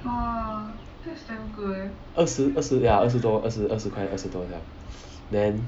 二十二十 ya 二十多二十块二十多这样 then